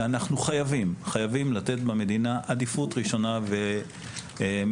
שאנחנו חייבים לתת במדינה עדיפות ראשונה אני